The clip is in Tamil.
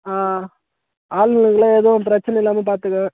ஆளுங்களில் எதுவும் பிரச்சனை இல்லாமல் பார்த்துக்கோ